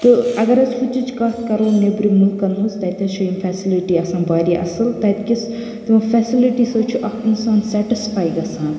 تہٕ اَگَر حظ ہُتِچ کَتھ کَرو نؠبرِم مٔلکَن ہٕنٛز تَتہِ حظ چھِ یم فیسلٹی آسان واریاہ اصٕل تَتہِ کِس تِمَن فیسَلٹی سٟتۍ چھُ اَکھ اَنسان سِیٚٹٕسفاے گَژھان